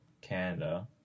Canada